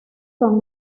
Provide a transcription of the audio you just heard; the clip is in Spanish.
son